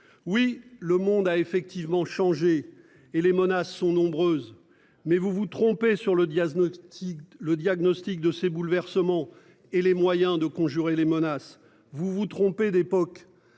Oui, le monde a effectivement changé et les menaces sont nombreuses. Mais vous vous trompez sur le diagnostic, le diagnostic de ces bouleversements et les moyens de conjurer les menaces, vous vous trompez d'époque.